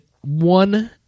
one